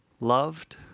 loved